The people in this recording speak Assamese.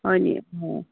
হয়নি অঁ